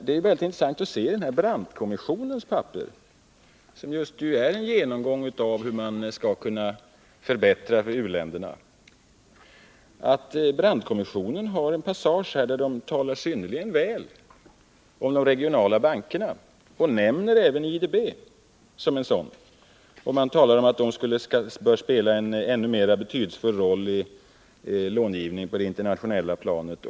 Det är mycket intressant att se Brandtkommissionens papper som just är en genomgång av hur man skall kunna förbättra förhållandena för u-länderna. Brandtkommissionen har en passage, där det talas synnerligen väl om de regionala bankerna och där man även nämner IDB som en sådan. Man talar om att de bör spela en mera betydelsefull roll i fråga om långivning på det internationella planet.